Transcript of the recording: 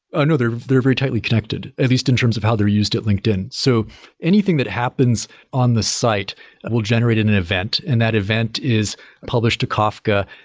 ah no, they're they're very tightly connected, at least in terms of how they're used at linkedin. so anything that happens on the site will generate an and event. and that event is published to kafka.